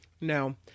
No